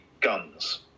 guns